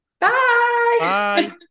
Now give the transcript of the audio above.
bye